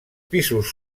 pisos